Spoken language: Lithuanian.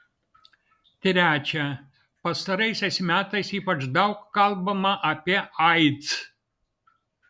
trečia pastaraisiais metais ypač daug kalbama apie aids